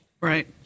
Right